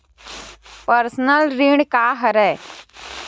Personal ऋण का हरय?